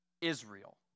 Israel